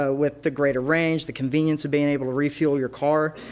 ah with the greater range, the convenience of being able to refuel your car,